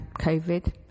COVID